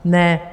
Ne!